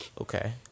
Okay